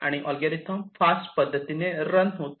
आणि algorithm fast पद्धतीने run होतो